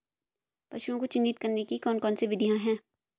पशुओं को चिन्हित करने की कौन कौन सी विधियां हैं?